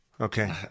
Okay